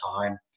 time